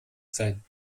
sein